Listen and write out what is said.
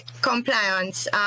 compliance